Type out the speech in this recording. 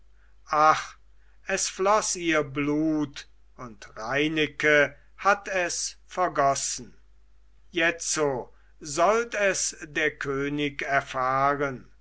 es floß ihr blut und reineke hatt es vergossen jetzo sollt es der könig erfahren